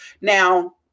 Now